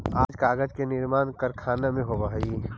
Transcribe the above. आज कागज के निर्माण कारखाना में होवऽ हई